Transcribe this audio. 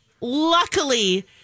Luckily